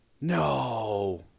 No